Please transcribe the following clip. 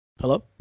Hello